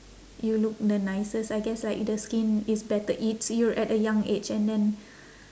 you look the nicest I guess like the skin is better it's you're at a young age and then